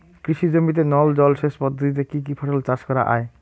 কৃষি জমিতে নল জলসেচ পদ্ধতিতে কী কী ফসল চাষ করা য়ায়?